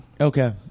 Okay